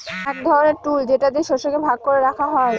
এক ধরনের টুল যেটা দিয়ে শস্যকে ভাগ করে রাখা হয়